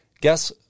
guess